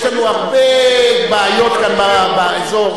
יש לנו הרבה בעיות כאן באזור,